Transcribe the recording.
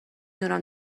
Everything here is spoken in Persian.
دونم